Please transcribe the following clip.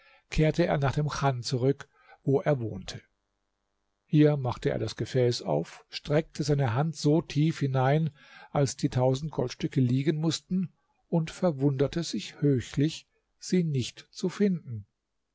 kehrte er nach dem chan zurück wo er wohnte hier machte er das gefäß auf streckte seine hand so tief hinein als die tausend goldstücke liegen mußten und verwunderte sich höchlich sie nicht zu finden